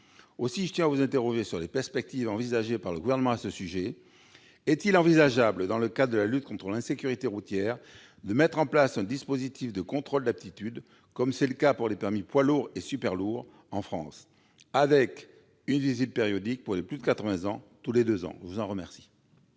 Aussi, je tiens à vous interroger sur les perspectives envisagées par le Gouvernement à ce sujet. Ne pourrait-on réfléchir, dans le cadre de la lutte contre l'insécurité routière, à mettre en place un dispositif de contrôle d'aptitude, comme c'est déjà le cas pour les permis poids lourd et super-lourd en France, avec une visite périodique tous les deux ans pour les plus de 80 ans ? La parole